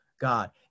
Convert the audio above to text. God